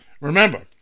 Remember